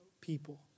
people